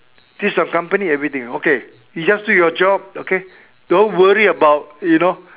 this is your company everything okay you just do your job okay don't worry about you know